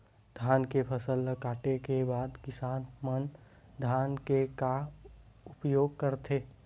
धान के फसल ला काटे के बाद किसान मन धान के का उपयोग करथे?